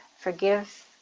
forgive